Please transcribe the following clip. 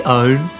own